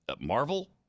Marvel